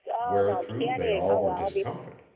wherethrough they all were discomfit.